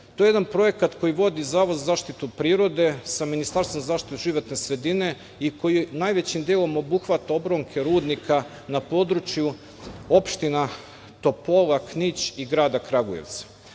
to je jedan projekat koji vodi Zavod za zaštitu prirode sa Ministarstvom zaštite životne sredine i koji je najvećim delom odobrio obronke Rudnika na području opština Topola, Knić i grada Kragujevca.Zašto